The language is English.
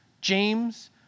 James